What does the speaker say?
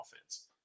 offense